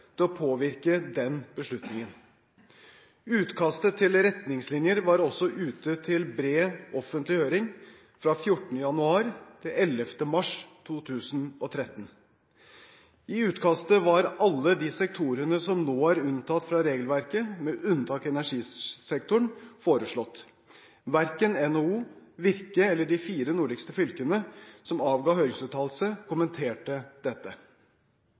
til å påvirke den beslutningen. Utkastet til retningslinjer var også ute til bred offentlig høring fra l4. januar til 11. mars 2013. I utkastet var alle de sektorene som nå er unntatt fra regelverket, med unntak av energisektoren, foreslått. Verken NHO, Virke eller de fire nordligste fylkene som avga høringsuttalelse, kommenterte dette.